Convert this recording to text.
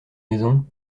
maison